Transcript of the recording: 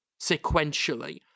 sequentially